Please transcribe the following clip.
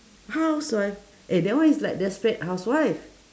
housewife eh that one is like desperate housewife